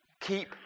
Keep